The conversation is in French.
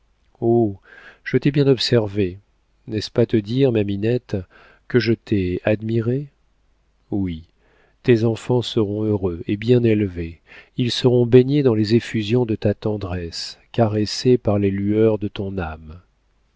je t'ai bien observée n'est-ce pas te dire ma minette que je t'ai admirée oui tes enfants seront heureux et bien élevés ils seront baignés dans les effusions de ta tendresse caressés par les lueurs de ton âme